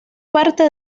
parte